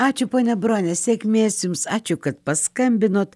ačiū ponia brone sėkmės jums ačiū kad paskambinot